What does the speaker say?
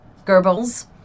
Goebbels